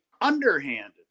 Underhanded